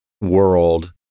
world